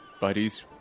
buddies